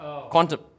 quantum